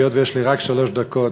היות שיש לי רק שלוש דקות,